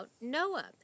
Noah